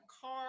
car